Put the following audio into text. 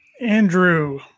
Andrew